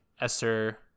esther